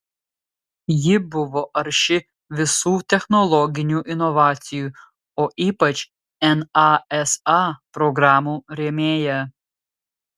ji buvo arši visų technologinių inovacijų o ypač nasa programų rėmėja